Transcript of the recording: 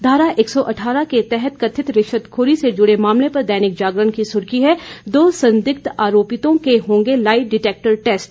धारा एक सौ अठारह के तहत कथित रिश्वतखोरी से जुड़े मामले पर दैनिक जागरण की सुर्खी है दो संदिग्ध आरापितों के होंगे लाई डिटेक्टर टैस्ट